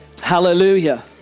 Hallelujah